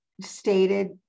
stated